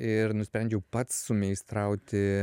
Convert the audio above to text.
ir nusprendžiau pats sumeistrauti